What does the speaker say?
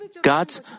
God's